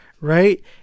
Right